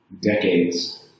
decades